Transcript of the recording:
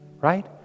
right